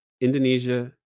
Indonesia